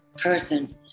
person